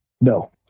No